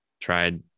tried